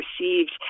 received